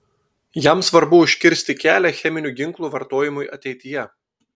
jam svarbu užkirsti kelią cheminių ginklų vartojimui ateityje